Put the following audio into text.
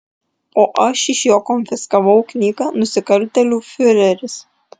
o aš iš jo konfiskavau knygą nusikaltėlių fiureris